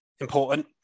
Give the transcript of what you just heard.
important